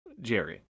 Jerry